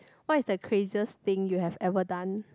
what's the craziest thing you have ever done